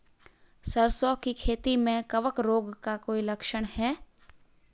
सरसों की खेती में कवक रोग का कोई लक्षण है?